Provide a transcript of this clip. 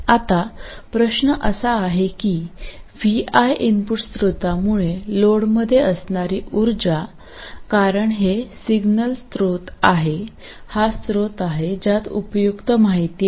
आता प्रश्न असा आहे की vi इनपुट स्त्रोतामुळे लोडमध्ये असणारी उर्जा कारण हे सिग्नल स्त्रोत आहे हा स्त्रोत आहे ज्यात उपयुक्त माहिती आहे